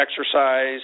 exercise